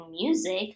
music